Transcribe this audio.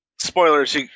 Spoilers